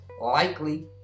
likely